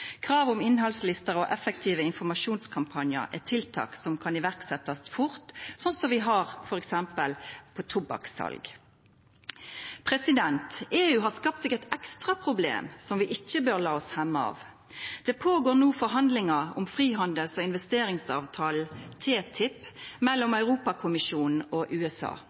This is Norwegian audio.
Krav om innhaldslister og effektive informasjonskampanjar er tiltak som kan setjast i verk fort, slik det er for f.eks. sal av tobakk. EU har skapt seg eit ekstra problem, som vi ikkje bør la oss hemma av. Det går no føre seg forhandlingar om frihandels- og investeringsavtalen TTIP, mellom Europakommisjonen og USA.